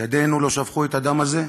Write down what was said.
ידינו לא שפכו את הדם הזה?